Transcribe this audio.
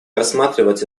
рассматривать